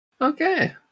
Okay